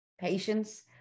Patience